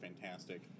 fantastic